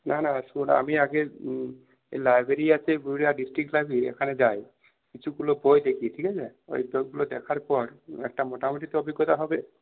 না না শোন আমি আগে লাইব্রেরি আছে পুরুলিয়া ডিসট্রিক্ট লাইব্রেরি ওইখানে যাই কিছু বই দেখি ঠিক আছে ওই বইগুলো দেখার পর একটা মোটামুটি তো অভিজ্ঞতা হবে